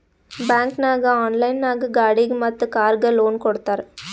bank ನಾಗ್ online ನಾಗ್ ಗಾಡಿಗ್ ಮತ್ ಕಾರ್ಗ್ ಲೋನ್ ಕೊಡ್ತಾರ್